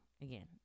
Again